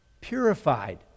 purified